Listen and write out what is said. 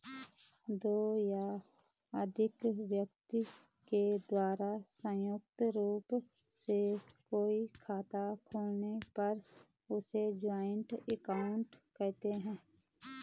दो या अधिक व्यक्ति के द्वारा संयुक्त रूप से कोई खाता खोलने पर उसे जॉइंट अकाउंट कहते हैं